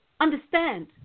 understand